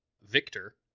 victor